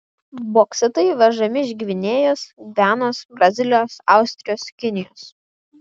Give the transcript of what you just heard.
boksitai vežami iš gvinėjos gvianos brazilijos australijos kinijos